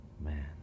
Man